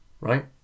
right